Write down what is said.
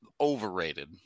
overrated